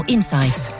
Insights